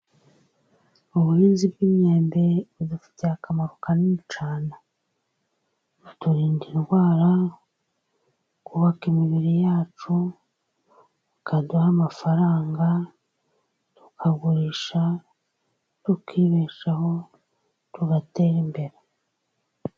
Ubuhinzi bw'imyembe, budufitiye akamaro kanini cyane. Buturinda indwara, kubaka imibiri yacu, bukaduha amafaranga, tukagurisha, tukibeshaho, tugatera imbere.